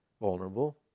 vulnerable